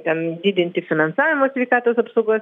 ten didinti finansavimą sveikatos apsaugos